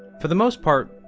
for the most part,